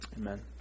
Amen